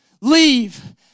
leave